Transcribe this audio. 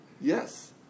yes